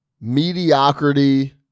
mediocrity